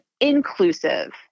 inclusive